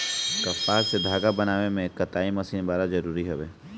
कपास से धागा बनावे में कताई मशीन बड़ा जरूरी हवे